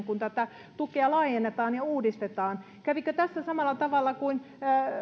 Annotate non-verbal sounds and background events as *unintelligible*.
*unintelligible* kun tätä tukea laajennetaan ja uudistetaan kävikö tässä samalla tavalla kuin